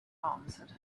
answered